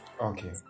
Okay